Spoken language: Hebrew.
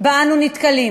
שבה אנו נתקלים.